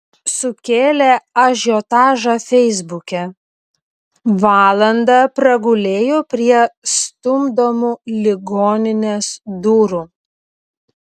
sukėlė ažiotažą feisbuke valandą pragulėjo prie stumdomų ligoninės durų